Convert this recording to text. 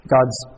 God's